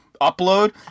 Upload